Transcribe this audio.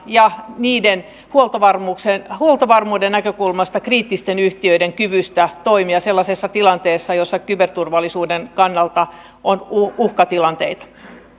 ja huoltovarmuuden huoltovarmuuden näkökulmasta kriittisten yhtiöiden kyvystä toimia sellaisessa tilanteessa jossa kyberturvallisuuden kannalta on uhkatilanteita